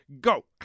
Go